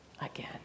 again